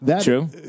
true